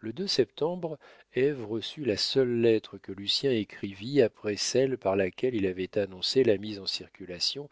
le septembre ève reçut la seule lettre que lucien écrivit après celle par laquelle il avait annoncé la mise en circulation